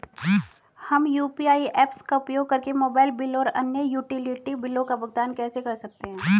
हम UPI apps का उपयोग करके मोबाइल बिल और अन्य यूटिलिटी बिलों का भुगतान कर सकते हैं